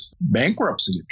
bankruptcy